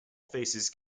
faces